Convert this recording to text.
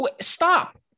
Stop